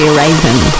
raven